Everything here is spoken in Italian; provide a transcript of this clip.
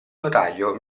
notaio